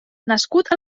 nascut